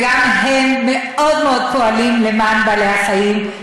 וגם הם מאוד מאוד פועלים למען בעלי-החיים,